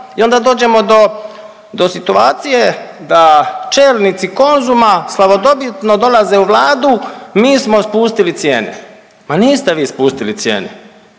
I onda dođemo do situacije da čelnici Konzuma slavodobitno dolaze u Vladu mi smo spustili cijene. Ma niste vi spustili cijene,